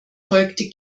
folgte